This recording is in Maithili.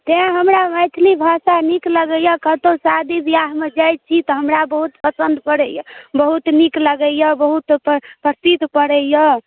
तेँ हमरा मैथिली भाषा नीक लगैए कतहु शादी बिआहमे जाइ छी तऽ हमरा बहुत पसन्द पड़ैए बहुत नीक लगैए बहुत पर प्रसिद्ध पड़ैए